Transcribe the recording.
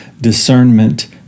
discernment